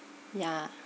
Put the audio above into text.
yeah